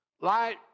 Light